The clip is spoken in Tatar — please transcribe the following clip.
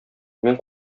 мин